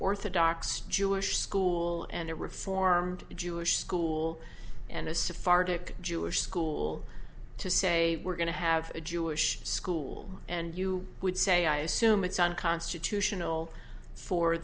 orthodox jewish school and a reformed jewish school and a sephardic jewish school to say we're going to have a jewish school and you would say i assume it's unconstitutional for